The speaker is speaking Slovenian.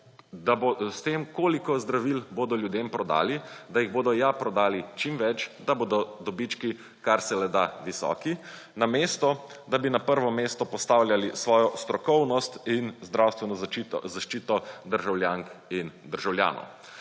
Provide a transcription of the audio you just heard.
s tem, koliko zdravil bodo ljudem prodali, da jih bodo ja prodali čim več, da bodo dobički kar se le da visoki, namesto da bi na prvo mesto postavljali svojo strokovnost in zdravstveno zaščito državljank in državljanov.